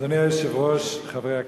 אדוני היושב-ראש, חברי הכנסת,